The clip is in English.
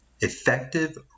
effective